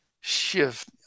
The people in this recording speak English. shift